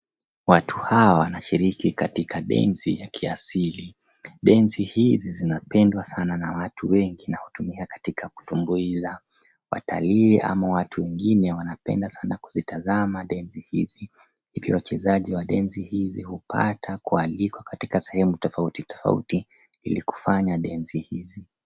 Watu hawa wanashiriki katika densi ya kiasili. Densi hizi zinapendwa sana na watu wengi inayotumiwa katika kutumbuiza watalii ama watu wengine wanapenda sana kuzitazama densi hizi, ndipo wachezaji wa densi hizi hupata kualikwa katika sehemu tofauti tofauti ili kufanya densi hizi.